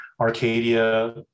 Arcadia